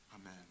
Amen